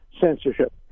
censorship